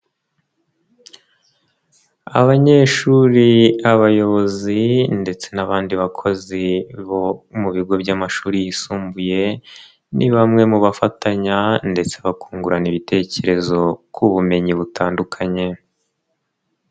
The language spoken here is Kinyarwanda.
Abanyeshuri, abayobozi ndetse n'abandi bakozi bo mu bigo by'amashuri yisumbuye, ni bamwe mu bafatanya ndetse bakungurana ibitekerezo ku bumenyi butandukanye.